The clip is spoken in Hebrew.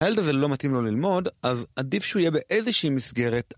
הילד הזה לא מתאים לו ללמוד, אז עדיף שהוא יהיה באיזושהי מסגרת.